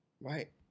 Right